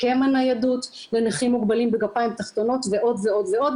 הסכם הניידות לנכים מוגבלים בגפיים תחתונות ועוד ועוד ועוד,